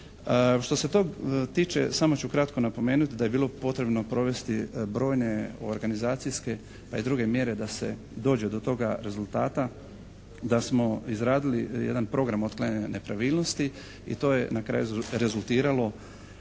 Što se tog tiče samo ću kratko napomenuti da je bilo potrebno provesti brojne organizacijske pa i druge mjere da se dođe do toga rezultata da smo izradili jedan program otklanjanja nepravilnosti i to je na kraju rezultiralo